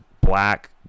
black